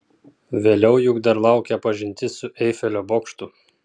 vėliau juk dar laukia pažintis su eifelio bokštu